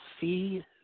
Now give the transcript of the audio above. see